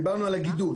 דיברתי על הגידול.